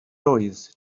oedd